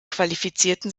qualifizierten